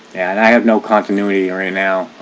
and i have no continuity right now